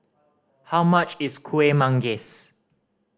how much is Kuih Manggis